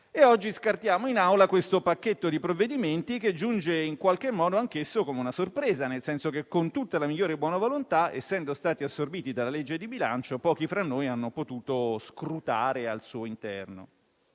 oggi scartiamo in Aula questo pacchetto di provvedimenti, che giunge in qualche modo, anch'esso, come una sorpresa, nel senso che, con tutta la migliore buona volontà, essendo stati assorbiti dal disegno di legge di bilancio, pochi fra noi hanno potuto scrutare al suo interno.